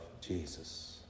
Jesus